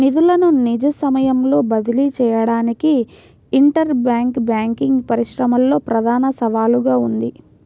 నిధులను నిజ సమయంలో బదిలీ చేయడానికి ఇంటర్ బ్యాంక్ బ్యాంకింగ్ పరిశ్రమలో ప్రధాన సవాలుగా ఉంది